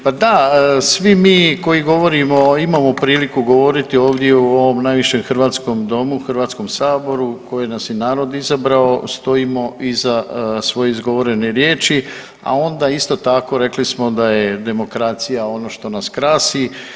Pa da, svi mi koji govorimo imamo priliku govoriti ovdje u ovom najvišem hrvatskom Domu, Hrvatskom saboru u koji nas je narod izabrao stojimo iza svoje izgovorene riječi, a onda isto tako rekli smo da je demokracija ono što nas krasi.